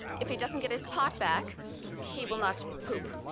if he doesn't get his pot back he will not poop?